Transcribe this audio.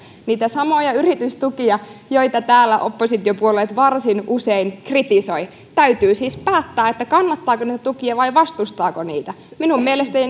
niitä samoja yritystukia joita täällä oppositiopuolueet varsin usein kritisoivat täytyy siis päättää kannattaako niitä tukia vai vastustaako niitä minun mielestäni